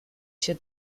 się